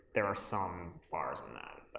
there are some bars in that.